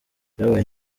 byabaye